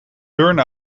burn